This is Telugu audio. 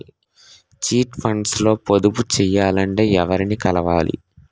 చిట్ ఫండ్స్ లో పొదుపు చేయాలంటే ఎవరిని కలవాలి?